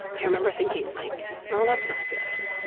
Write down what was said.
i remember thinking, like, well, that's not good.